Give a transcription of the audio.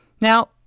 Now